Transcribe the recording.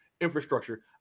infrastructure